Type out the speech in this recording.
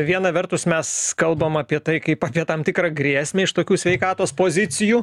viena vertus mes kalbam apie tai kaip apie tam tikrą grėsmę iš tokių sveikatos pozicijų